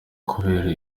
kubera